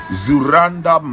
zuranda